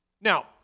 Now